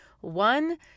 One